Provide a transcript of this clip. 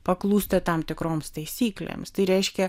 paklūsta tam tikroms taisyklėms tai reiškia